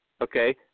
Okay